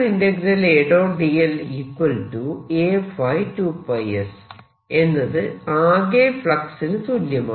dl Aϕ 2 s എന്നത് ആകെ ഫ്ളക്സിന് തുല്യമാണ്